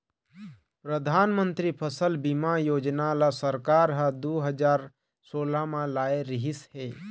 परधानमंतरी फसल बीमा योजना ल सरकार ह दू हजार सोला म लाए रिहिस हे